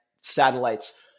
satellites